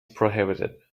prohibited